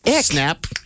Snap